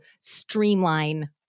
streamline